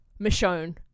Michonne